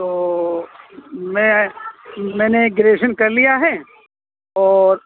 تو میں میں نے گریجویشن کر لیا ہے اور